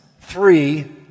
three